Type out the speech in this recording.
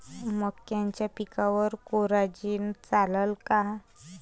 मक्याच्या पिकावर कोराजेन चालन का?